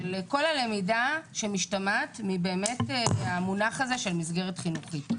של כל הלמידה שמשתמעת מהמונח הזה של מסגרת חינוכית.